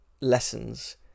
lessons